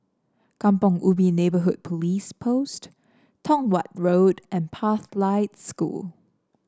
Kampong Ubi Neighbourhood Police Post Tong Watt Road and Pathlight School